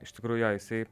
iš tikrųjų jo jisai